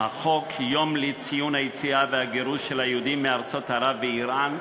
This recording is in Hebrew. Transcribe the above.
חוק יום לציון היציאה והגירוש של היהודים מארצות ערב ומאיראן,